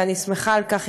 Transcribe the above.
ואני שמחה על כך,